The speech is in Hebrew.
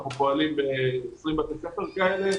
אנחנו פועלים ב-20 בתי ספר כאלה,